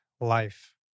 Life